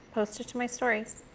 post it to my stories.